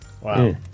Wow